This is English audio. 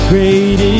Great